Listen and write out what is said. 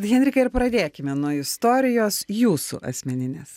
henrika ir pradėkime nuo istorijos jūsų asmeninės